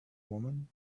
woman